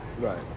right